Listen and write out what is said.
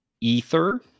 Ether